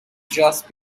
just